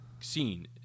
scene